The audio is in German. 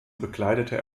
bekleidete